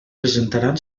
presentaran